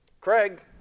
Craig